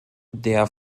der